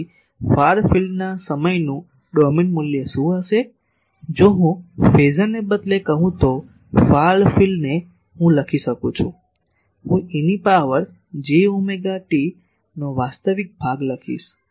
તેથી ફાર ફિલ્ડના સમયનું ડોમેન મૂલ્ય શું હશે જો હું ફેઝરને બદલે કહું તો ફાર ફિલ્ડ ને હું લખી શકું છું હું Eની પાવર j ઓમેગા t નો વાસ્તવિક ભાગ લઈશ